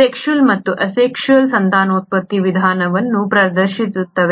sexual ಮತ್ತು ಸಂತಾನೋತ್ಪತ್ತಿ ವಿಧಾನವನ್ನು ಪ್ರದರ್ಶಿಸುತ್ತವೆ